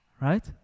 Right